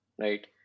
Right